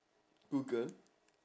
google